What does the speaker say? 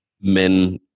men